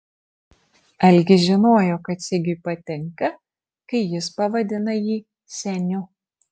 algis žinojo kad sigiui patinka kai jis pavadina jį seniu